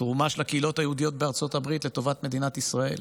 תרומה של הקהילות היהודיות בארצות הברית לטובת מדינת ישראל.